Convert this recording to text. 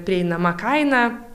prieinama kaina